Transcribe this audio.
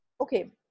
okay